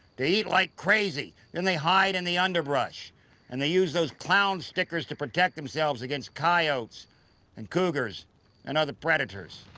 they eat like crazy, then they hide in and the underbrush and they use those clown stickers to protect themselves against coyotes and cougars and other predators.